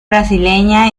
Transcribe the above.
brasileña